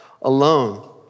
alone